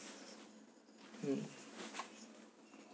mm